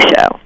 Show